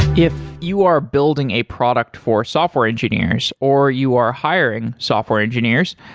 if you are building a product for software engineers or you are hiring software engineers,